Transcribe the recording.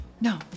No